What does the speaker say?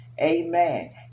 amen